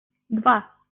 два